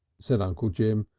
said uncle jim,